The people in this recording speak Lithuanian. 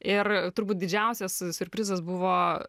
ir turbūt didžiausias siurprizas buvo